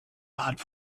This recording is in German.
art